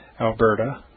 Alberta